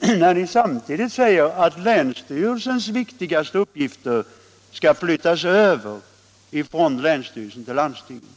när ni samtidigt säger att länsstyrelsernas viktigaste uppgifter skall flyttas över från länsstyrelserna till landstingen.